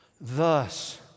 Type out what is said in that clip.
Thus